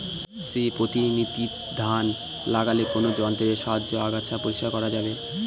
শ্রী পদ্ধতিতে ধান লাগালে কোন যন্ত্রের সাহায্যে আগাছা পরিষ্কার করা যাবে?